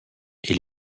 est